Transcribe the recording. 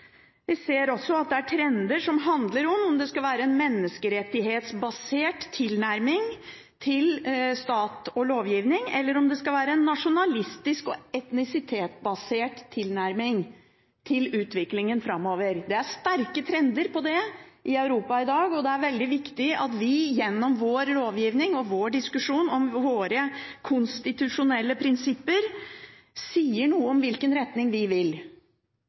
Vi ser også at det er trender som handler om hvorvidt det skal være en menneskerettighetsbasert tilnærming til stat og lovgivning, eller om det skal være en nasjonalistisk og etnisitetsbasert tilnærming til utviklingen framover. Det er sterke trender på det i Europa i dag, og det er veldig viktig at vi gjennom vår lovgivning og vår diskusjon om våre konstitusjonelle prinsipper sier noe om hvilken retning vi vil